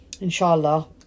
inshallah